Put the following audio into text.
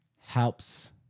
helps